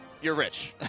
you are rich.